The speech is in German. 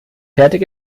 fertig